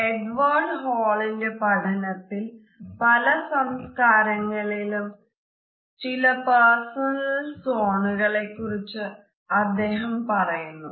എഡ്വേഡ് ഹാളിന്റെ പഠനത്തിൽ പല സംസ്കാരങ്ങളിലും സ്ഥിരമായ ചില പേർസണൽ സോണുകളെ കുറിച്ച അദ്ദേഹം പറയുന്നു